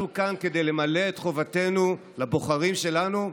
אנחנו כאן כדי למלא את חובתנו לבוחרים שלנו,